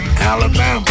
Alabama